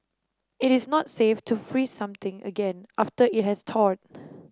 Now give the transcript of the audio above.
it is not safe to freeze something again after it has thawed